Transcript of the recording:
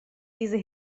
diese